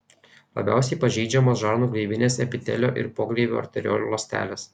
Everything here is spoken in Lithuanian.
labiausiai pažeidžiamos žarnų gleivinės epitelio ir pogleivio arteriolių ląstelės